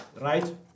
right